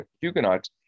Huguenots